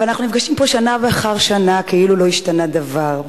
אבל אנחנו נפגשים פה שנה אחר שנה כאילו לא השתנה דבר,